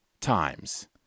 Times